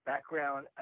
background